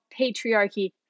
patriarchy